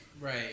Right